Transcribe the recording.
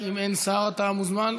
אם אין שר אתה מוזמן,